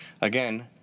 Again